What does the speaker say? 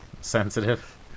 sensitive